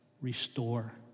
Restore